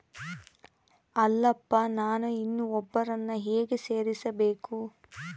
ಅಲ್ಲಪ್ಪ ನಾನು ಇನ್ನೂ ಒಬ್ಬರನ್ನ ಹೇಗೆ ಸೇರಿಸಬೇಕು?